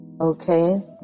Okay